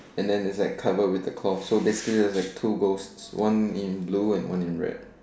and then is like covered with a cloth so basically is like two ghost one in blue and one in red